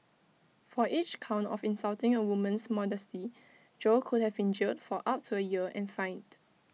for each count of insulting A woman's modesty Jo could have been jailed for up to A year and fined